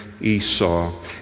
Esau